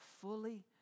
fully